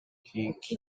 кийинки